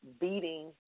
beating